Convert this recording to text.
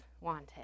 wanted